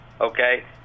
okay